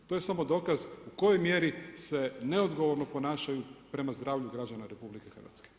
To je samo dokaz u kojoj mjeri se neodgovorno ponašaju prema zdravlju građana RH.